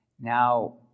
Now